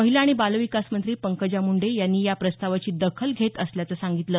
महिला आणि बालविकास मंत्री पंकजा मुंडे यांनी या प्रस्तावाची दखल घेत असल्याचं सांगितलं